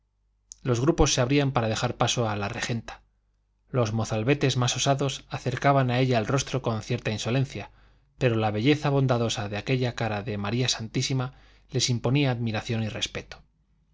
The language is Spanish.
los grupos se abrían para dejar paso a la regenta los mozalbetes más osados acercaban a ella el rostro con cierta insolencia pero la belleza bondadosa de aquella cara de maría santísima les imponía admiración y respeto